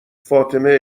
فاطمه